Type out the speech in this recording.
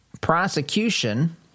prosecution